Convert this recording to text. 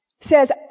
says